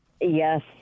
Yes